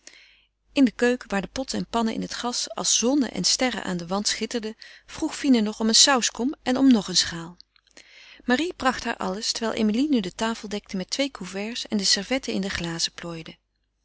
in de keuken waar de potten en pannen in het gas als zonnen en sterren aan den wand schitterden vroeg fine nog om een sauskom en om nog een schaal marie bracht haar alles terwijl emilie nu de tafel dekte met twee couverts en de servetten in de glazen plooide